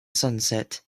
sunset